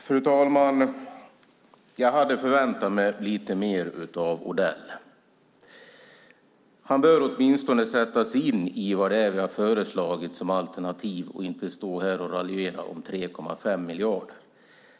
Fru talman! Jag hade förväntat mig lite mer av Odell. Han bör åtminstone sätta sig in i vad det är vi har föreslagit som alternativ och inte stå här och raljera om 3,5 miljarder.